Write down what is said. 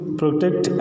protect